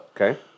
Okay